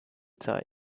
zeit